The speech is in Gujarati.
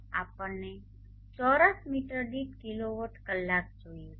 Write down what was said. આપણને ચોરસ મીટર દીઠ કિલોવોટ કલાક જોઈએ છે